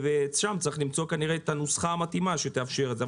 שם צריך למצוא כנראה את הנוסחה המתאימה שתאפשר את זה.